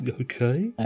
Okay